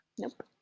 Nope